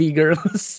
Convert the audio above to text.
girls